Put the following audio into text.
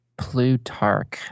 Plutarch